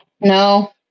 No